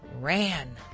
ran